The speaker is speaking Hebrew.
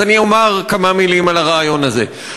אז אני אומר כמה מילים על הרעיון הזה.